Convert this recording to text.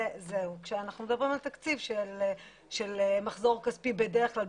כשאנחנו מדברים על תקציב של מחזור כספי בדרך כלל,